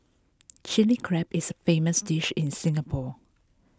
Chilli Crab is famous dish in Singapore